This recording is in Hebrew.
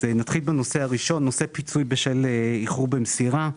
נתחיל בפיצוי בשל איחור במסירה,